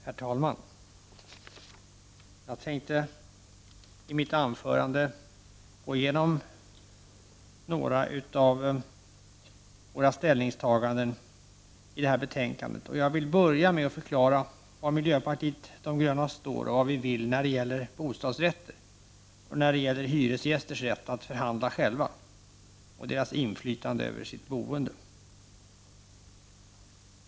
Herr talman! Jag tänker i mitt anförande gå igenom några av miljöpartiets ställningstaganden i betänkandet. Jag vill börja med att förklara var miljöpartiet de gröna står och vad vi vill när det gäller bostadsrätter och när det gäller hyresgästers rätt att förhandla själva, samt i fråga om hyresgästers inflytande över sitt boende.